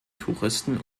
touristen